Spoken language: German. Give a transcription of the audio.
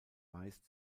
meist